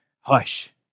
hush